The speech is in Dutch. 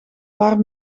paar